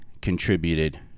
contributed